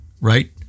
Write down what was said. right